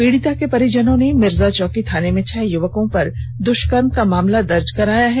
पीड़िता के परिजनों ने मिर्जाचौकी थाने में छह युवकों पर दुष्कर्म का मामला दर्ज कराया है